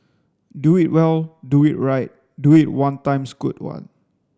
do it well do it right do it one times good one